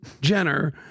Jenner